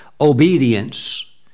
obedience